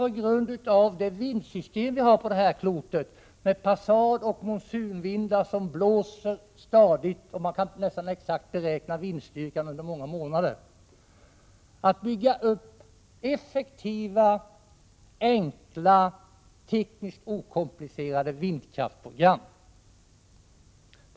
På grund av det vindsystem vi har på det här klotet med passadoch monsunvindar som blåser så stadigt att man kan beräkna vindstyrkan nästan exakt under många månader framåt, finns det mycket stora möjligheter att bygga upp enkla, tekniskt okomplicerade och effektiva vindkraftprogram.